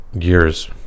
years